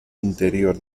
interior